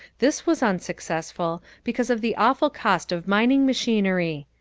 this was unsuccessful because of the awful cost of mining machinery.